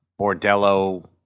Bordello